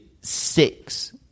six